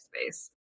space